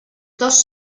dos